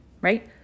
right